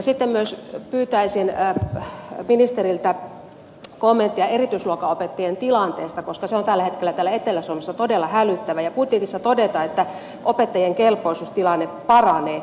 sitten myös pyytäisin ministeriltä kommenttia erityisluokanopettajien tilanteesta koska se on tällä hetkellä täällä etelä suomessa todella hälyttävä ja budjetissa todetaan että opettajien kelpoisuustilanne paranee